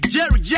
Jerry